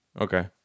Okay